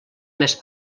més